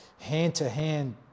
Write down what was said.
hand-to-hand